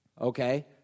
okay